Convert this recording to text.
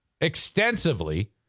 extensively